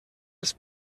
els